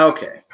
Okay